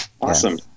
awesome